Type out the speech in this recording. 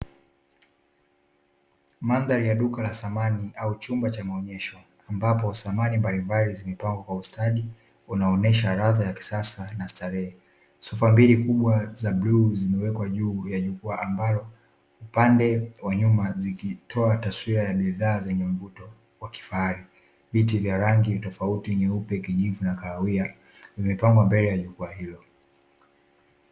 Mandhari ya duka la samani au chumba cha maonyesho ambapo samani mbalimbali zimepangwa kwa ustadi, unaonyesha radha ya kisasa na starehe, sofa mbili kubwa za bluu zimewekwa juu ya jukwaa ambalo upande wa nyuma zikitoa taswira ya bidhaa zenye mvuto wa kifahari, viti vya rangi tofauti nyeupe, kijivu na kahawia vimepangwa mbele ya jukwaa hilo.